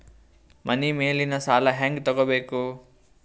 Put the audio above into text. ಮನಿ ಮೇಲಿನ ಸಾಲ ಹ್ಯಾಂಗ್ ತಗೋಬೇಕು?